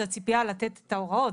זו הציפייה לתת את ההוראות,